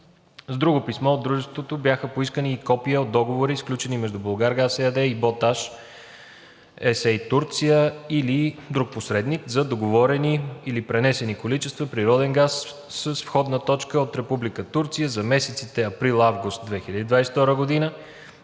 С друго писмо от дружеството бяха поискани и копия от договори, сключени между „Булгаргаз“ ЕАД и „Боташ“ С. А. – Турция, или друг посредник за договорени или пренесени количества природен газ с входна точка от Република Турция за месеците април – август 2022 г.,